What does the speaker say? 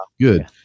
Good